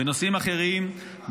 בנושאים אחרים,